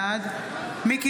בעד מיקי